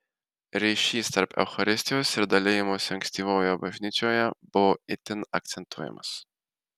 ryšys tarp eucharistijos ir dalijimosi ankstyvojoje bažnyčioje buvo itin akcentuojamas